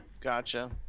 Gotcha